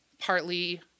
Partly